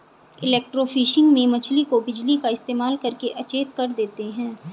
electrofishing में मछली को बिजली का इस्तेमाल करके अचेत कर देते हैं